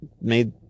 made